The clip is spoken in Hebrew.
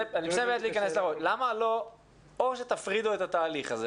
או שתפרידו את התהליך הזה